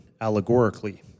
allegorically